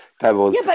Pebbles